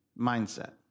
mindset